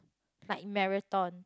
like marathon